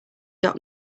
doc